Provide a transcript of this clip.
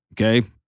okay